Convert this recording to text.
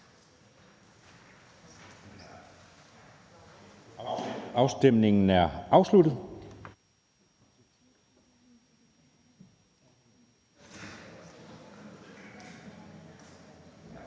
Afstemningen er afsluttet.